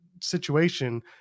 situation